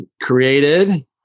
created